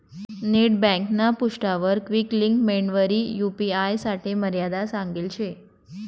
net ब्यांकना पृष्ठावर quick links मेंडवरी यू.पी.आय साठे मर्यादा सांगेल शे